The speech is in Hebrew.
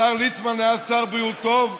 השר ליצמן היה שר בריאות טוב,